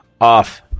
off